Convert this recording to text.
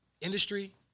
industry